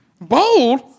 Bold